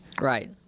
Right